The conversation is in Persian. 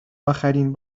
آخرین